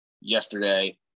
yesterday